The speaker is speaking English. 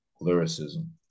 lyricism